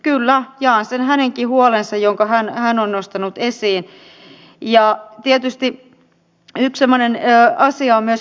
yritykset ja korkeakoulut pystyvät yhdessä kehittämään uusia vientituotteita joista koulujen ja yritysten lisäksi hyötyy koko suomi